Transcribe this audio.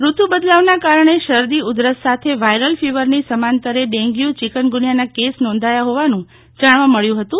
ઋત્ બદલાવનાં કારણે શરદી ઉધરસ સાથે વાયરલ ફિવરની સમાંતરે ડેંગ્યુચિકનગુનિયાના કેસ નોંધાયા હોવાનું જાણવા મળ્યું હતું